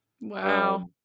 Wow